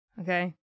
Okay